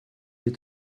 wir